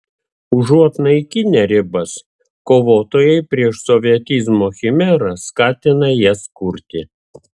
užuot naikinę ribas kovotojai prieš sovietizmo chimerą skatina jas kurti